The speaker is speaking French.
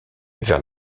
vers